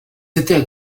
étaient